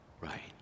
Right